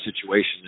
situation